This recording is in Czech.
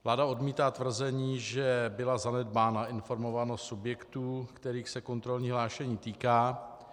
Vláda odmítá tvrzení, že byla zanedbána informovanost subjektů, kterých se kontrolní hlášení týká.